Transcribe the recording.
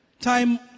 Time